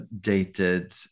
dated